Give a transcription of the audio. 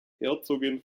herzogin